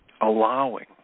allowing